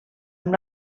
amb